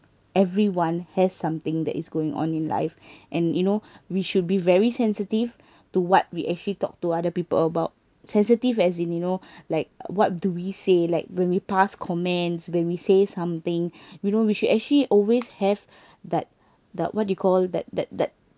everyone has something that is going on in life and you know we should be very sensitive to what we actually talk to other people about sensitive as in you know like what do we say like when we pass comments when we say something we know we should actually always have that that what you call that that that